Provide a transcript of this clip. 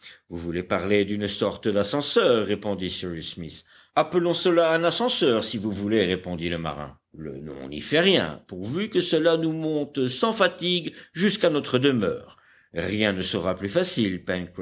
vous voulez parler d'une sorte d'ascenseur répondit cyrus smith appelons cela un ascenseur si vous voulez répondit le marin le nom n'y fait rien pourvu que cela nous monte sans fatigue jusqu'à notre demeure rien ne sera plus facile